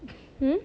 hmm